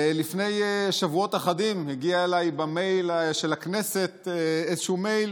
לפני שבועות אחדים הגיע אליי למייל של הכנסת מייל